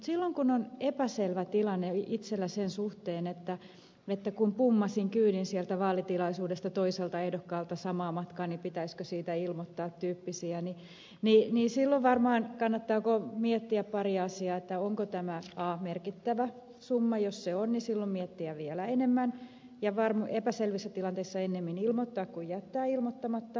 silloin kun on epäselvä tilanne itsellä sen suhteen että kun pummasin kyydin sieltä vaalitilaisuudesta toiselta ehdokkaalta samaa matkaa niin pitäisikö siitä ilmoittaa tämän tyyppisiä niin silloin varmaan kannattaa miettiä pari asiaa ensiksikin onko tämä merkittävä summa ja jos on niin silloin kannattaa miettiä vielä enemmän ja epäselvissä tilanteissa ennemmin ilmoittaa kuin jättää ilmoittamatta